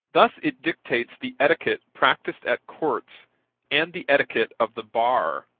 thus it dictates the etiquette practised at courts and the etiquette of the bar.